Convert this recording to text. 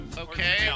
Okay